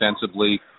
defensively